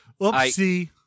oopsie